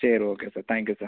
சரி okay sir thank you sir